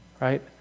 right